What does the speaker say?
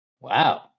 Wow